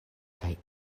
kaj